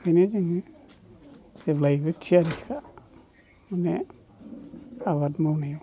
बिनि थाखाय जेब्लायबो थियारिखा आबाद मावनायाव